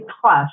plus